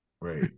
Right